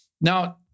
Now